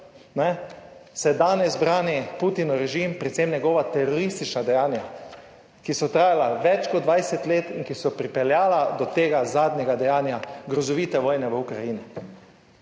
se danes brani Putinov režim, predvsem njegova teroristična dejanja, ki so trajala več kot 20 let, in ki so pripeljala do tega zadnjega dejanja, grozovite vojne v Ukrajini.